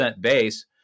base